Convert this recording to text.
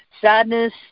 sadness